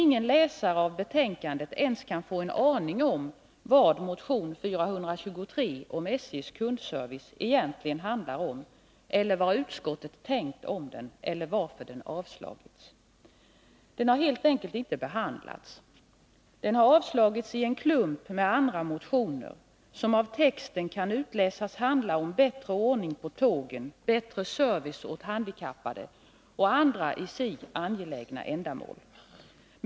Ingen läsare av betänkandet kan ens få en aning om vad motion 423 om SJ:s kundservice egentligen handlar om eller vad utskottet tänkt om den eller varför den har avstyrkts. Den är helt enkelt inte behandlad. Den har bara avstyrkts i en klump tillsammans med andra motioner, som av texten kan utläsas handla om bättre ordning på tågen, bättre service åt handikappade och andra i sig angelägna ändamål.